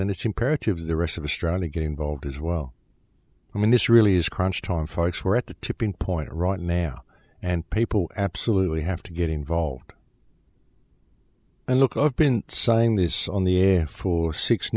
and it's imperative the rest of us trying to get involved as well i mean this really is crunch time fights were at the tipping point right now and people absolutely have to get involved and look up in sign this on the air for six